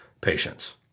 patients